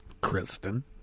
Kristen